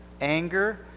anger